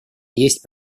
есть